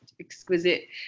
exquisite